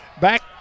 back